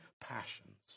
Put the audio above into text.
passions